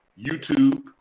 YouTube